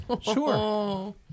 sure